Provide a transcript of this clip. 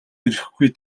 ирэхгүй